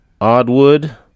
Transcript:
Oddwood